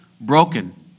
broken